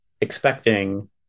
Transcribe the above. expecting